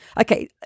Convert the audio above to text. okay